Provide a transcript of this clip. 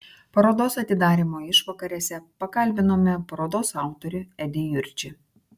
parodos atidarymo išvakarėse pakalbinome parodos autorių edį jurčį